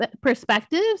perspectives